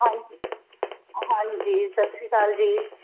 ਹਾਂਜੀ ਹਾਂਜੀ ਸਤਿ ਸ਼੍ਰੀ ਅਕਾਲ ਜੀ